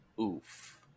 Oof